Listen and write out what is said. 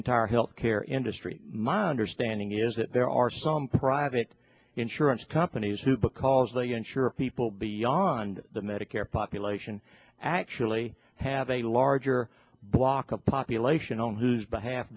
entire health care industry my understanding is that there are some private insurance comp winnie's who because they ensure people beyond the medicare population actually have a larger block of population on his behalf